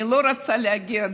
אני לא רוצה להגיע,